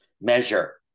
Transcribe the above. measure